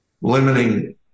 limiting